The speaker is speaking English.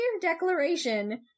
declaration